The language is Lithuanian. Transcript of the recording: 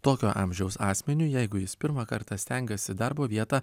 tokio amžiaus asmeniui jeigu jis pirmą kartą stengiasi darbo vietą